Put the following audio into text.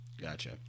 Gotcha